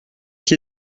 qui